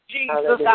Jesus